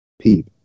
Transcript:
peep